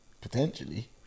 potentially